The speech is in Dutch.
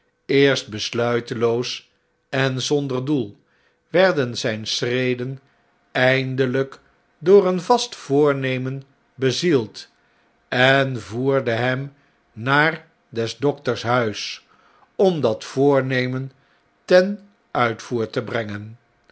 eerst besluiteloos en zonder doel werden zpe schreden eindeljjk door een vast voornemen bezield en voerde hem naar des dokters huis om dat voornemen ten uitvoer te brengen